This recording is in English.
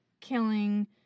killing